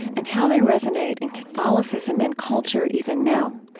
and how they resonate in catholicism and culture even now.